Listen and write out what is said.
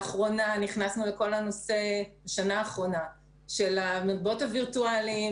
בשנה האחרונה נכנסנו לכל הנושא של מטבעות וירטואליים,